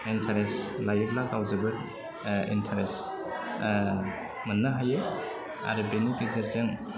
interest लायोब्ला गाव जोबोद इन्टारेस्ट मोननो हायो आरो बेनि गेजेरजों